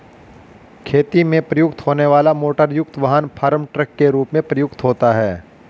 खेती में प्रयुक्त होने वाला मोटरयुक्त वाहन फार्म ट्रक के रूप में प्रयुक्त होता है